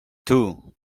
two